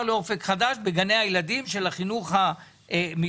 לאופק חדש בגני הילדים של החינוך המיוחד.